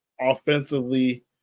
offensively